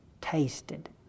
tasted